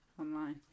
online